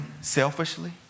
selfishly